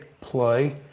play